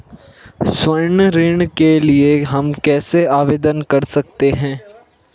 स्वर्ण ऋण के लिए हम कैसे आवेदन कर सकते हैं?